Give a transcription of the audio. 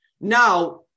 now